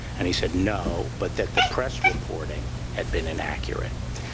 and he said no, but that the press reporting had been inaccurate,